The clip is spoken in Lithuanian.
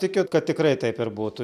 tikit kad tikrai taip ir būtų